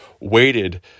waited